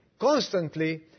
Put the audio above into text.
constantly